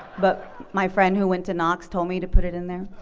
but my friend who went to knox told me to put it in there.